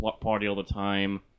party-all-the-time